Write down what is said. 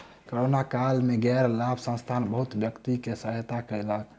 corona काल में गैर लाभ संस्थान बहुत व्यक्ति के सहायता कयलक